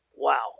Wow